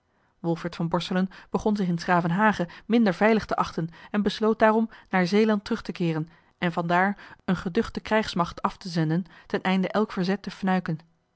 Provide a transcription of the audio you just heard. wolfert van borselen begon zich in s gravenhage minder veilig te achten en besloot daarom naar zeeland terug te keeren en vandaar eene geduchtte krijgsmacht af te zenden ten einde elk verzet te fnuiken